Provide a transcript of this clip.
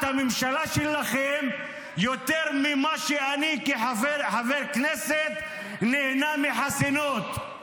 הממשלה שלכם יותר ממה שאני כחבר כנסת נהנה מחסינות.